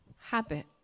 habit